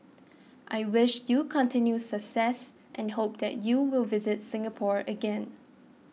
I wish you continued success and hope that you will visit Singapore again